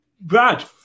Brad